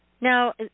Now